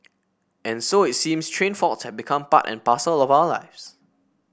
and so it seems train faults have become part and parcel of our lives